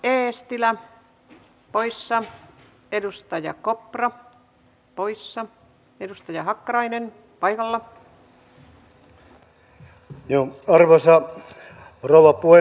eli kansallisen palveluarkkitehtuurikokonaisuuden osalta palveluväylään sähköiseen identiteettiin tietoturvaan ja palvelunäkymien kehittämiseen ja ohjaukseen